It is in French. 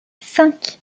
cinq